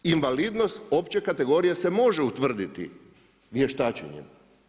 Invalidnost opće kategorije se može utvrditi vještačenjem.